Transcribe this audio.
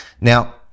Now